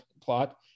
plot